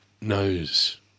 knows